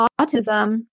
autism